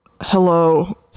hello